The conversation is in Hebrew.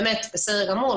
בסדר גמור,